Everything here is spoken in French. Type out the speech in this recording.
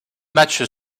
matchs